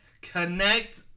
connect